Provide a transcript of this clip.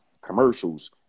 commercials